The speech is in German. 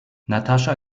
natascha